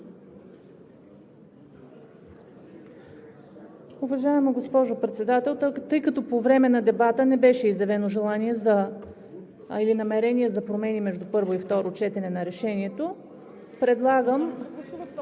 Уважаема госпожо Председател, тъй като по време на дебата не беше изявено желание или намерение за промени между първо и второ четене на решението, предлагам…